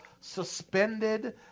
suspended